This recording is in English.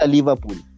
Liverpool